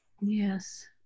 Yes